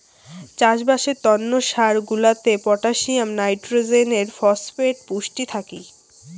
চাষবাসের তন্ন সার গুলাতে পটাসিয়াম, নাইট্রোজেন, ফসফেট পুষ্টি থাকি